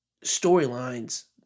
storylines